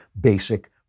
basic